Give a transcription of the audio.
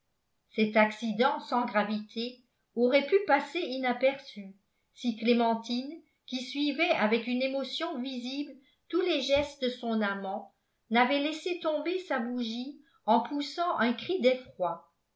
cet accident sans gravité aurait pu passer inaperçu si clémentine qui suivait avec une émotion visible tous les gestes de son amant n'avait laissé tomber sa bougie en poussant un cri d'effroi